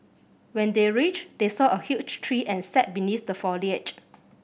when they reached they saw a huge tree and sat beneath the foliage